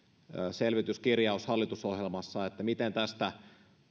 selvityskirjaus hallitusohjelmassa miten tästä